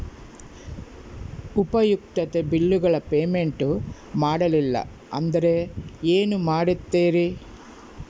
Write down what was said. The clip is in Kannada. ಉಪಯುಕ್ತತೆ ಬಿಲ್ಲುಗಳ ಪೇಮೆಂಟ್ ಮಾಡಲಿಲ್ಲ ಅಂದರೆ ಏನು ಮಾಡುತ್ತೇರಿ?